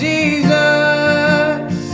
Jesus